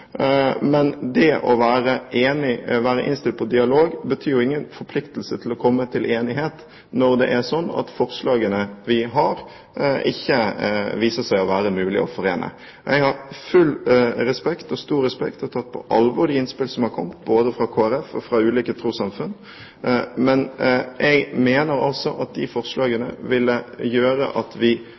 Men det å være innstilt på dialog betyr jo ingen forpliktelse til å komme til enighet når det er slik at forslagene vi har, ikke viser seg å være mulig å forene. Jeg har full respekt for, og har tatt på alvor, de innspill som har kommet både fra Kristelig Folkeparti og fra ulike trossamfunn, men jeg mener at de forslagene ville gjøre at vi